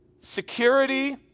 security